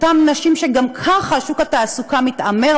אותן נשים שגם ככה שוק התעסוקה מתעמר